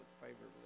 favorably